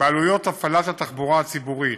בעלויות הפעלת התחבורה הציבורית,